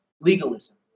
legalism